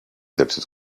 his